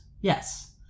Yes